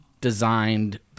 designed